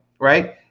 Right